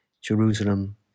Jerusalem